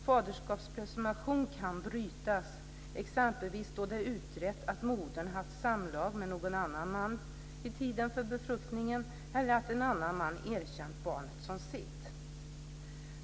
Faderskapspresumtion kan brytas, exempelvis då det är utrett att modern haft samlag med annan man vid tiden för befruktningen eller att en annan man erkänner barnet som sitt.